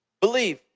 believe